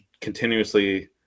continuously